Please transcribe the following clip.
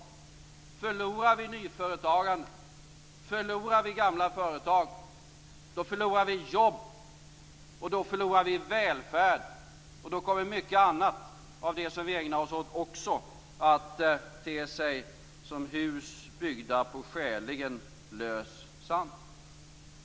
Om vi förlorar nyföretagande och om vi förlorar gamla företag, då förlorar vi jobb, och då förlorar vi välfärd, och då kommer mycket annat av det som vi ägnar oss åt också att te sig som hus byggda på skäligen lös sand.